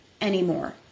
anymore